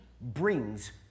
brings